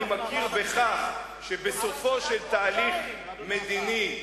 אני מכיר בכך שבסופו של תהליך מדיני,